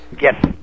Yes